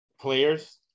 players